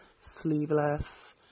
sleeveless